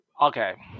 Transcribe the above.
okay